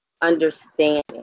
understanding